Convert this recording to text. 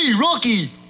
Rocky